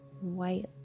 white